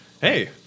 Hey